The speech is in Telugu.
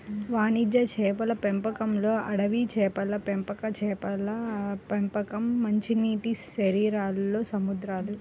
వాణిజ్య చేపల పెంపకంలోఅడవి చేపల పెంపకంచేపల పెంపకం, మంచినీటిశరీరాల్లో సముద్రాలు